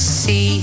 see